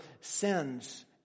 sins